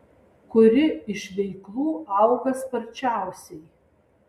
kuri iš veiklų auga sparčiausiai